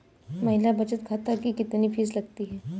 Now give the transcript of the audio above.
महिला बचत खाते की कितनी फीस लगती है?